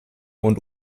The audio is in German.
und